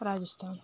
Rajasthan